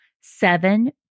Seven